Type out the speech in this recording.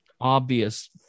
obvious